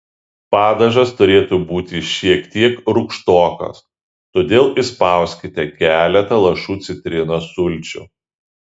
padažas turėtų būti šiek tiek rūgštokas todėl įspauskite keletą lašų citrinos sulčių